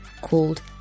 called